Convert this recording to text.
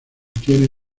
tiene